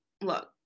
look